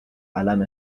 اَلَم